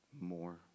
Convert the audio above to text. more